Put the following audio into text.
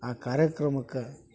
ಆ ಕಾರ್ಯಕ್ರಮಕ್ಕೆ